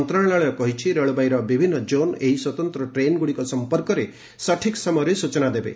ମନ୍ତ୍ରଣାଳୟ କହିଛି ରେଳବାଇର ବିଭିନ୍ନ ଜୋନ୍ ଏହି ସ୍ୱତନ୍ତ୍ର ଟ୍ରେନ୍ଗୁଡିକ ସମ୍ପର୍କରେ ସଠିକ୍ ସମୟରେ ସ୍ବଚନା ଦେବେ